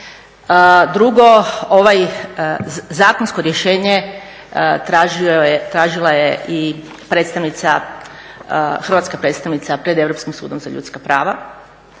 Drugo, zakonsko rješenje tražila je i predstavnica, hrvatska predstavnica pred Europskim sudom za ljudska prava.